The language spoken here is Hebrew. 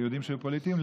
ויודעים שהם פוליטיים,